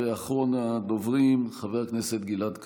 אחרון הדוברים, חבר הכנסת גלעד קריב,